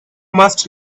must